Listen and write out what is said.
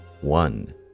one